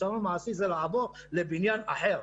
פתרון מעשי זה לעבור לבניין אחר,